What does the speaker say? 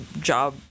job